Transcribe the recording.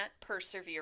persevere